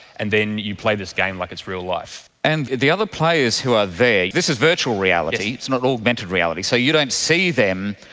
and then you play this game like it's real life. and the other players who are there, this is virtual reality, it's not augmented reality, so you don't see them,